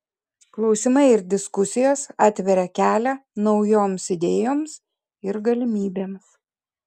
klausimai ir diskusijos atveria kelią naujoms idėjoms ir galimybėms